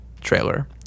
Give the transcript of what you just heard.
trailer